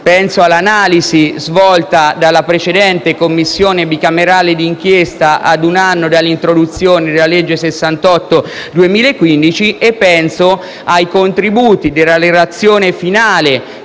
pensare all'analisi svolta dalla precedente Commissione bicamerale d'inchiesta ad un anno dall'introduzione della legge n. 68 del 2015 e ai contributi della relazione finale